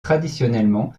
traditionnellement